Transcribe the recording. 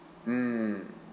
mm